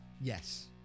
Yes